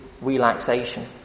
relaxation